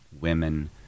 women